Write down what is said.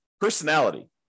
personality